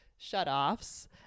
shutoffs